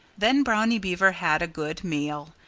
then brownie beaver had a good meal.